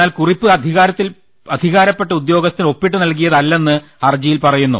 എന്നാൽ കുറിപ്പ് അധികാരപ്പെട്ട ഉദ്യോഗസ്ഥൻ ഒപ്പിട്ട് നൽകിയതല്ലെന്ന് ഹർജിയിൽ പറയുന്നു